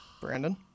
Brandon